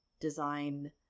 design